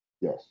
Yes